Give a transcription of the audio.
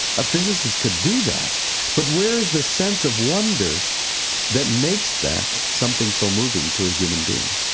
a physicist could do that but where is the sense of wonder that makes that something so moving to a human being?